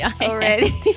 already